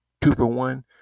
two-for-one